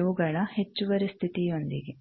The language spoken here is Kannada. ಇವುಗಳ ಹೆಚ್ಚುವರಿ ಸ್ಥಿತಿಯೊಂದಿಗೆ